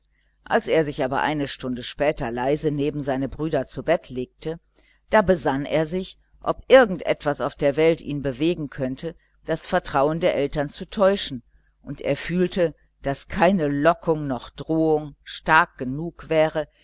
als er sich aber eine stunde später leise neben seine brüder zu bette legte da besann er sich ob irgend etwas auf der welt ihn bewegen könnte das vertrauen der eltern zu täuschen und er fühlte daß keine lockung noch drohung stark genug wäre